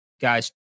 guys